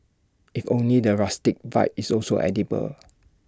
if only the rustic vibe is also edible